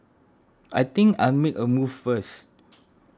I think I'll make a move first